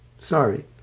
sorry